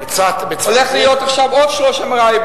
יהיו עכשיו עוד 30 MRI,